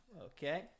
okay